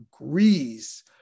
agrees